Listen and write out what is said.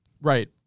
Right